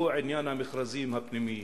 הוא עניין המכרזים הפנימיים.